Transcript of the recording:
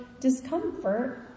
discomfort